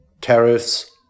tariffs